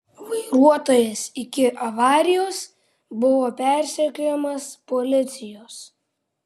vairuotojas iki avarijos buvo persekiojamas policijos